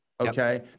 Okay